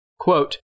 Quote